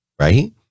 right